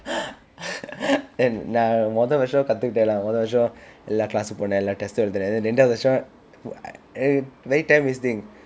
then நான் முதல் வர்ஷம் கற்றுகிட்டேன்:naan muthal varsham katrukitten lah முதல் வர்ஷம் எல்லா:muthal varsham ellaa class போனேன் எல்லா:ponen ellaa test எழுதினேன்:eluthinen then இரண்டாவது வர்ஷம்:irandaavathu varsham very time wasting